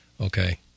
Okay